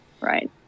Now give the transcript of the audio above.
right